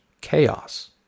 chaos